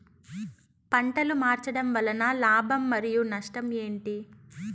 పంటలు మార్చడం వలన లాభం మరియు నష్టం ఏంటి